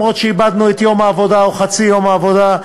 גם אם איבדנו את יום העבודה או חצי יום העבודה.